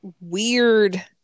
weird